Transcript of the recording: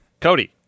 Cody